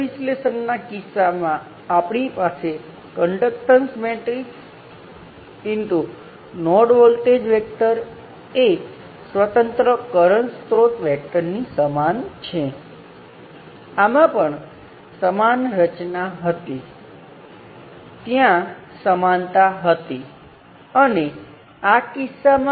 હવે આ ક્યાંય પણ જઈ શકે છે તે કોઈ વાંધો નથી કે સીધો વોલ્ટેજ સ્ત્રોત કરંટ સ્ત્રોત તરીકે શું છે તે કોઈપણ ઘટક જે તમે ઇચ્છો છો તે જ રીતે આ શાખાઓમાં પણ કોઈપણ ઘટકો હોઈ શકે છે ત્યાં ફક્ત વાયર છે જે અમુક જગ્યાએ જઈ રહ્યા છે પરંતુ તમારી પાસે નોડ છે જ્યાં N વાયરને એકબીજાં સાથે જોડવામાં આવે છે